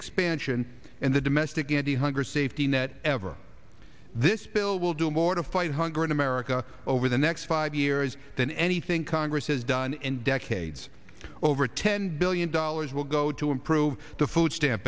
expansion in the domestic and hunger safety net ever this bill will do more to fight hunger in america over the next five years than anything congress has done in decades over ten billion dollars will go to improve the food stamp